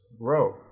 grow